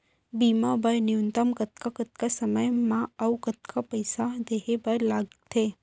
बीमा बर न्यूनतम कतका कतका समय मा अऊ कतका पइसा देहे बर लगथे